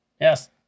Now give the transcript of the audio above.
Yes